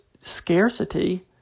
scarcity